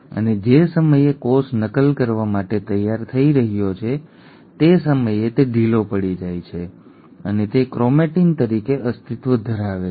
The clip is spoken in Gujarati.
અને જે સમયે કોષ નકલ કરવા માટે તૈયાર થઈ રહ્યો છે તે સમયે તે ઢીલો પડી જાય છે અને તે ક્રોમેટીન તરીકે અસ્તિત્વ ધરાવે છે